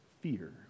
fear